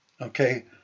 Okay